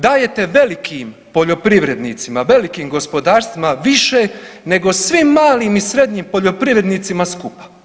Dajete velikim poljoprivrednicima, velikim gospodarstvima više nego svim malim i srednjim poljoprivrednicima skupa.